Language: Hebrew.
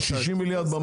שישים מיליארד?